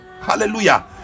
Hallelujah